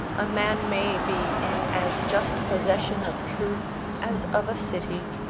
a man may be in as just possession of truth as of a city,